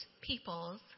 people's